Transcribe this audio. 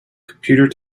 computer